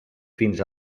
fins